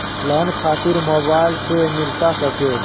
Loan खातिर mobile से मिलता सके?